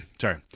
Sorry